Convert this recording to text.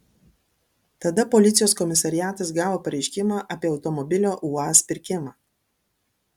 tada policijos komisariatas gavo pareiškimą apie automobilio uaz pirkimą